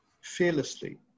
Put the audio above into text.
fearlessly